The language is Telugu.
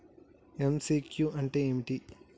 ఎమ్.సి.క్యూ అంటే ఏమిటి?